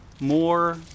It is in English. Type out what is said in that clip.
more